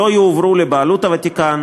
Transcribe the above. לא יועברו לבעלות הוותיקן,